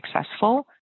successful